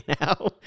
now